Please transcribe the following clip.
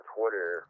Twitter